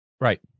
Right